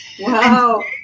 Wow